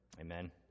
Amen